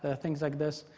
ah things like this.